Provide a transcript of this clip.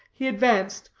he advanced,